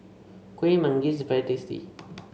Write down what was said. Kueh Manggis is very tasty